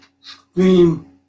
scream